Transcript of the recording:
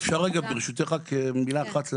אפשר ברשותך רק מילה אחת,